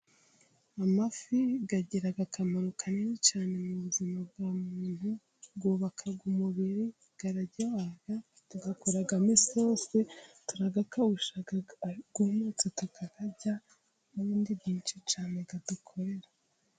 Amafi agira akamaro kanini cyane mu buzima bwa muntu. Yubaka umubiri araryoha. Tuyakoramo isosi , tukayakawusha, tukayumutsa, takayarya n'ibindi byinshi cyane adukorera.